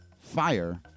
fire